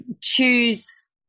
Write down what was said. choose